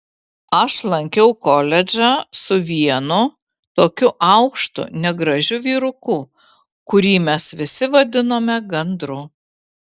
aš lankiau koledžą su vienu tokiu aukštu negražiu vyruku kurį mes visi vadinome gandru